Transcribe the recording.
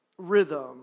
rhythm